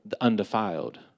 undefiled